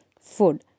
food